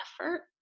effort